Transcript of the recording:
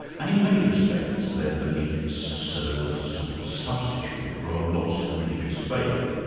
and, in many respects, their beliefs served as a sort of substitute for a lost religious faith.